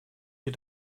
dir